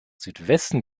südwesten